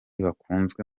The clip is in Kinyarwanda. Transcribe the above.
bakunzwe